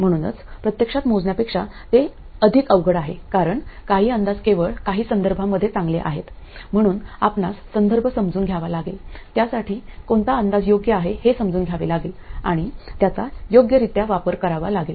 म्हणूनच प्रत्यक्षात मोजण्यापेक्षा ते अधिक अवघड आहेत कारण काही अंदाज केवळ काही संदर्भांमध्ये चांगले आहेत म्हणून आपणास संदर्भ समजून घ्यावा लागेल त्यासाठी कोणता अंदाज योग्य आहे हे समजून घ्यावे लागेल आणि त्याचा योग्यरित्या वापर करावा लागेल